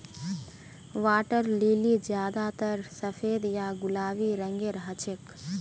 water lily ज्यादातर सफेद या गुलाबी रंगेर हछेक